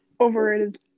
Overrated